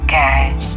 guys